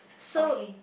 okay